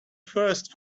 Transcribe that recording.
first